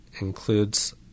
includes